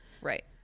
Right